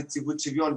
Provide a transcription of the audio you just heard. נציבות שוויון,